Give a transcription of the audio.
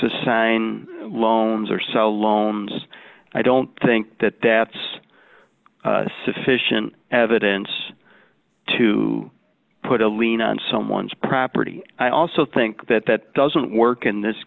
assign loans or sell loans i don't think that that's sufficient evidence to put a lien on someone's property i also think that that doesn't work in this